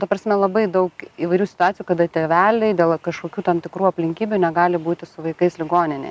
ta prasme labai daug įvairių situacijų kada tėveliai dėl kažkokių tam tikrų aplinkybių negali būti su vaikais ligoninė